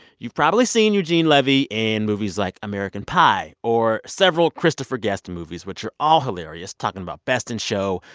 you've probably seen eugene levy in movies like american pie or several christopher guest movies, which are all hilarious talking about best in show,